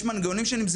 יש מנגנונים שונים,